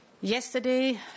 Yesterday